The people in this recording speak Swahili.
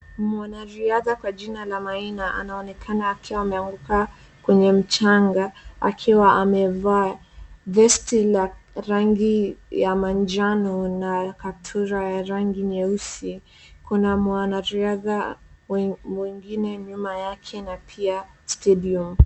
Mwanariadha kwa jina la Maina anaonekana akiwa ameanguka kwenye mchanga, akiwa amevaa vesti la rangi ya manjano na kaptura ya rangi nyeusi. Kuna mwanariadha mwingine nyuma yake na pia stadium.